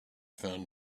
found